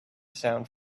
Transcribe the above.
sound